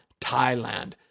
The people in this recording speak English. Thailand